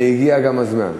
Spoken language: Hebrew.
והגיע גם הזמן.